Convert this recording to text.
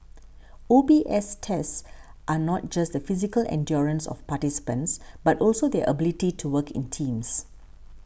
O B S tests not just the physical endurance of participants but also their ability to work in teams